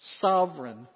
sovereign